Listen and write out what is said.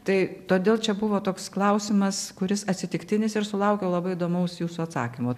tai todėl čia buvo toks klausimas kuris atsitiktinis ir sulaukiau labai įdomaus jūsų atsakymo